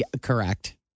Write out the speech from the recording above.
Correct